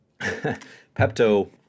Pepto